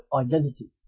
identity